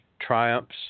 triumphs